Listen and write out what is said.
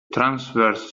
transverse